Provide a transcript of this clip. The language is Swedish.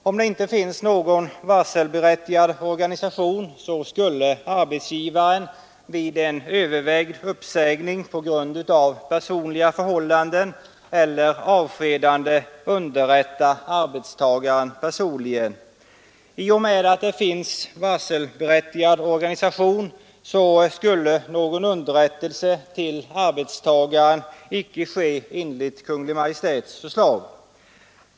Om det inte finns någon varselberättigad organisation skulle arbetsgivaren vid en övervägd uppsägning på grund av personliga förhållanden eller avskedande underrätta arbetstagaren personligen. I och med att det finns varselberättigad organisation skulle någon underrättelse till arbetstagaren icke ske enligt Kungl. Maj:ts förslag.